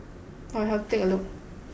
I'll have to take a look